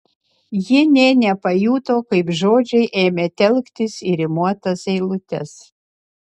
ji nė nepajuto kaip žodžiai ėmė telktis į rimuotas eilutes